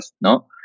no